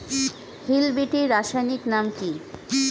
Hill বিটি রাসায়নিক নাম কি?